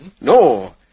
No